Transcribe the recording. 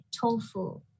tofu